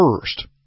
first